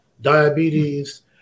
diabetes